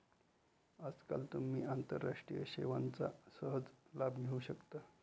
आजकाल तुम्ही आंतरराष्ट्रीय सेवांचा सहज लाभ घेऊ शकता